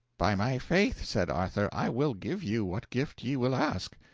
by my faith, said arthur, i will give you what gift ye will ask.